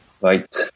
right